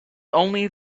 only